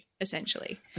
essentially